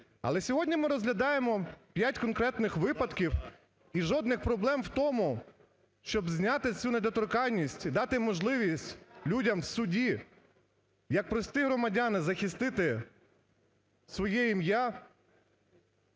Але сьогодні ми розглядаємо 5 конкретних випадків, і жодних проблем в тому, щоб зняти цю недоторканність, дати можливість людям в суді, як прості громадяни захистити своє ім'я,